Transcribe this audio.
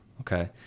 Okay